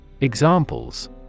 Examples